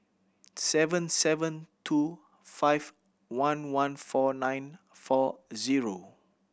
seven seven two five one one four nine four zero